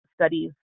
studies